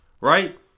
right